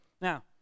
Now